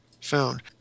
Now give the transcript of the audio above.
found